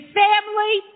family